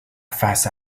face